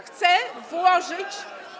Chce włożyć.